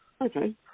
Okay